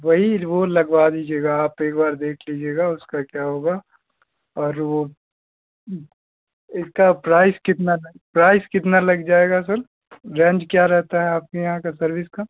वही वो लगवा दीजिएगा आप एक बार देख लीजिएगा उसका क्या होगा और वो इसका प्राइस कितना प्राइस कितना लग जाएगा सर रेंज क्या रहता है आपके यहाँ का सर्विस का